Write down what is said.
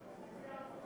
עולם טוב